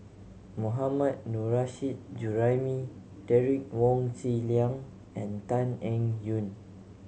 Mohammad Nurrasyid Juraimi Derek Wong Zi Liang and Tan Eng Yoon